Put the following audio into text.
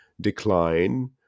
decline